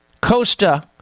Costa